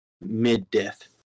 mid-death